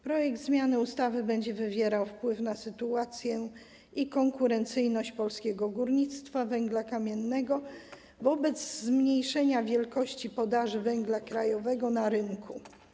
Projekt o zmianie ustawy będzie wywierał wpływ na sytuację i konkurencyjność polskiego górnictwa węgla kamiennego wobec zmniejszenia wielkości podaży węgla krajowego na rynku.